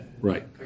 Right